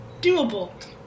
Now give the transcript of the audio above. doable